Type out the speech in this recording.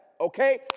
okay